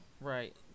right